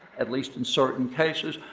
at least in certain cases.